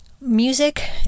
music